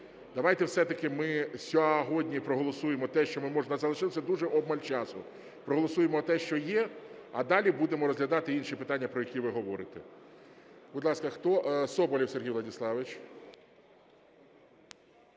Давайте все-таки ми сьогодні проголосуємо те, що можна, залишилося дуже обмаль часу. Проголосуємо те, що є, а далі будемо розглядати інші питання, про які ви говорите. Будь ласка, хто? Соболєв Сергій Владиславович.